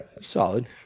Solid